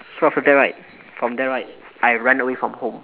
so after that right from there right I ran away from home